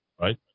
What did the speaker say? right